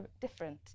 different